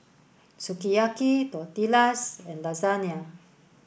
Sukiyaki Tortillas and Lasagne